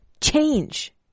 change